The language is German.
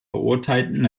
verurteilten